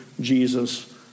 Jesus